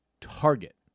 Target